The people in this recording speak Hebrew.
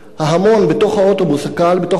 אך למרות נוכחותם,